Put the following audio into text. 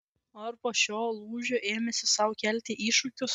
ar po šio lūžio ėmeisi sau kelti iššūkius